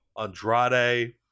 Andrade